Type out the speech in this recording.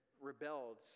rebelled